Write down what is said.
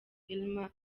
irma